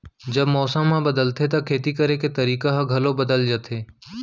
जब मौसम ह बदलथे त खेती करे के तरीका ह घलो बदल जथे?